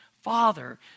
Father